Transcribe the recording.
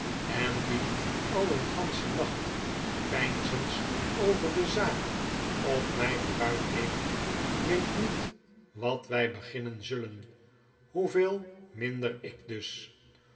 en die al een ganschen nacht peinzens over de zaak op my vooruit heeft weet niet wat wij beginnen zullen hoeveel minder ik dus